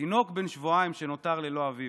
תינוק בן שבועיים שנותר ללא אביו.